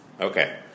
okay